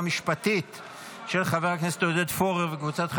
ובשימוש לרעה באלכוהול לא אושרה ותוסר מסדר-היום.